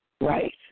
Right